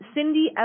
Cindy